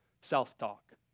self-talk